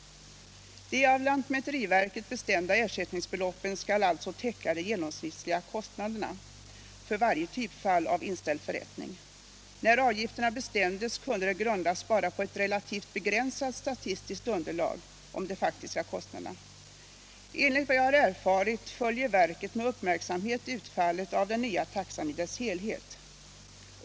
De av lantmäteriverket bestämda ersättningsbeloppen skall alltså täcka de genomsnittliga kostnaderna för varje typfall av inställd förrättning. När avgifterna bestämdes kunde de grundas bara på ett relativt begränsat statistiskt underlag om de faktiska kostnaderna. Enligt vad jag har erfarit följer verket med uppmärksamhet utfallet av den nya taxan i dess helhet.